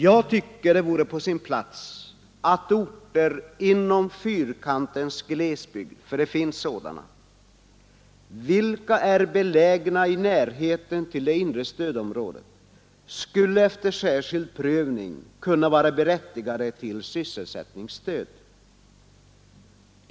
Jag tycker det vore på sin plats att orter inom Fyrkantens glesbygd — för det finns sådana — vilka är belägna i närheten av det inre stödområdet skulle efter särskild prövning kunna vara berättigade till sysselsättningsstöd.